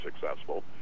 successful